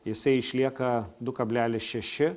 jisai išlieka du kablelis šeši